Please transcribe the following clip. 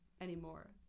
anymore